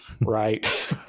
Right